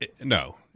no